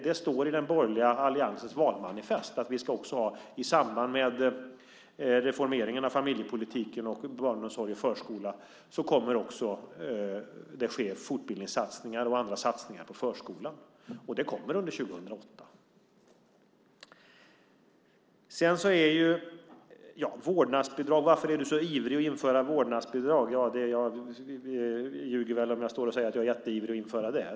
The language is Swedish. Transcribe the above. Det står i den borgerliga alliansens valmanifest att det i samband med reformeringen av familjepolitiken, barnomsorgen och förskolan också kommer att ske fortbildningssatsningar och andra satsningar på förskolan. Det kommer under 2008. Jag fick frågan varför jag är så ivrig att införa vårdnadsbidrag. Jag ljuger väl om jag står och säger att jag är jätteivrig att införa det.